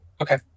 okay